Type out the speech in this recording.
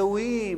ראויים,